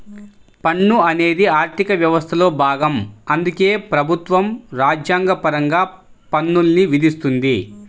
పన్ను అనేది ఆర్థిక వ్యవస్థలో భాగం అందుకే ప్రభుత్వం రాజ్యాంగపరంగా పన్నుల్ని విధిస్తుంది